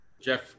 Jeff